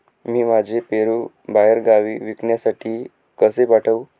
मी माझे पेरू बाहेरगावी विकण्यासाठी कसे पाठवू?